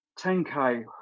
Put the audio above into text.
10k